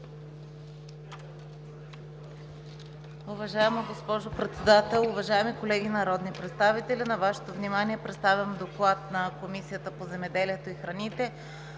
Уважаема госпожо Председател, уважаеми колеги народни представители! На Вашето внимание представям: „ДОКЛАД на Комисията по земеделието и храните